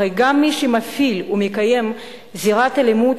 הרי גם מי שמפעיל ומקיים זירת אלימות